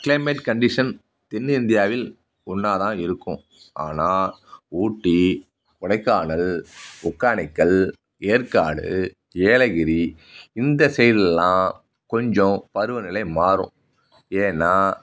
climate condition தென்இந்தியாவில் ஒன்றாதான் இருக்கும் ஆனால் ஊட்டி கொடைக்கானல் ஒகேனக்கல் ஏற்காடு ஏலகிரி இந்த சைடுலெலாம் கொஞ்சம் பருவநிலை மாறும் ஏன்னால்